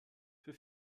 für